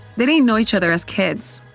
they didn't know each other as kids,